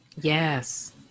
Yes